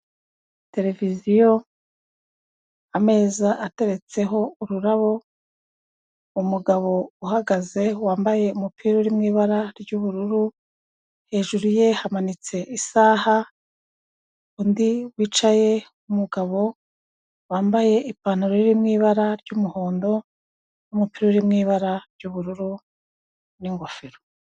Televiziyo ameza ateretseho ururabo, umugabo uhagaze wambaye umupira uri mu ibara ry'ubururu hejuru ye hamanitse isaha, undi wicaye umugabo wambaye ipantaro iri mu ibara ry'umuhondo n'umupira uri mu ibara ry'ubururu n'ingofero.